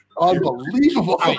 Unbelievable